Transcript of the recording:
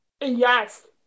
Yes